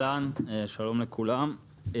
שלום לכולם.